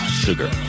Sugar